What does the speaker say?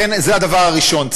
זה הדבר הראשון.